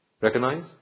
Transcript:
recognize